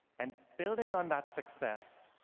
and building on that success,